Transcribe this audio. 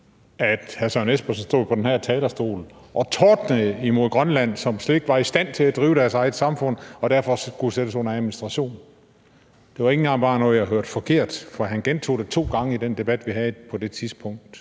hr. Søren Espersen stod på den her talerstol og tordnede imod Grønland, som slet ikke var i stand til at drive deres eget samfund og derfor skulle sættes under administration. Det var ikke bare noget, jeg hørte forkert, for han gentog det to gange i den debat, vi havde på det tidspunkt.